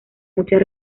muchas